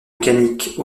mécanique